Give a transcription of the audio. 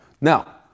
Now